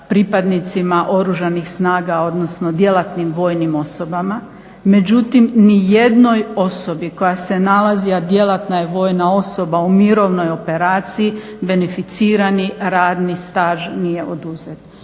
pripadnicima Oružanih snaga odnosno djelatnim vojnim osobama. Međutim, ni jednoj osobi koja se nalazi, a djelatna je vojna osoba u mirovnoj operaciji beneficirani radni staž nije oduzet.